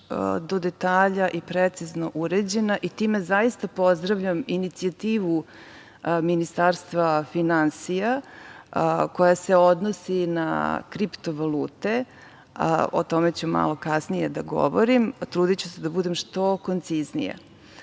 do detalja i precizno uređena i time zaista pozdravljam inicijativu Ministarstva finansija koja se odnosi na kripto valute, o tome ću malo kasnije da govorim i trudiću se da budem što konciznija. Poslodavac